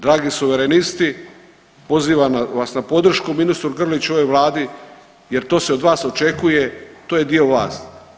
Dragi suverenisti pozivam vas na podršku ministru Grliću i ovoj vladi jer to se od vas očekuje, to je dio vas.